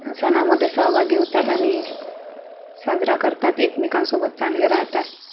सणामध्ये सहभागी होतात आणि साजरा करतात एकमेकांसोबत चांगले राहतात